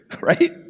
right